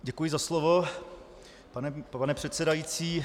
Děkuji za slovo, pane předsedající.